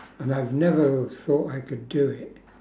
and I've never thought I could do it